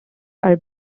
are